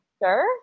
Sure